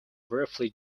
briefly